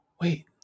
Wait